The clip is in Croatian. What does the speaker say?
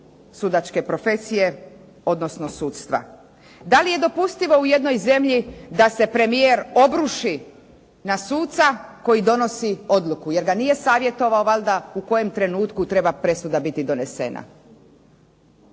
sudačke profesije, odnosno sudstva? Da li je dopustivo u jednoj zemlji da se premijer obruši na suca koji donosi odluku, jer ga nije savjetovao valjda u kojem trenutku treba presuda biti donesena.